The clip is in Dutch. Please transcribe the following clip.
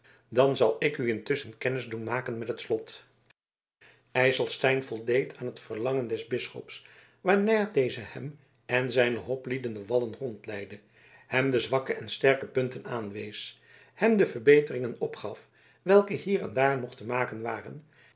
dan zal ik u intusschen kennis doen maken met het slot ijselstein voldeed aan het verlangen des bisschops waarna deze hem en zijne hoplieden de wallen rondleidde hem de zwakke en sterke punten aanwees hem de verbeteringen opgaf welke hier en daar nog te maken waren